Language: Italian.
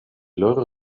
loro